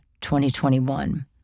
2021